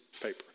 paper